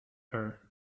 her